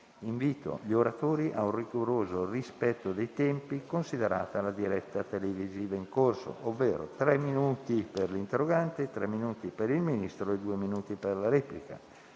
Invito gli oratori ad un rigoroso rispetto dei tempi, considerata la diretta televisiva in corso, ovvero tre minuti per l'interrogante, tre minuti per il Ministro e due minuti per la replica.